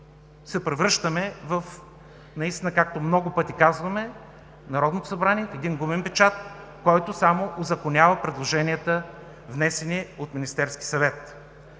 се превръщаме, както много пъти казваме, че Народното събрание се превръща в гумен печат, който само узаконява предложенията, внесени от Министерския съвет.